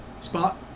Spot